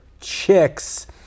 chicks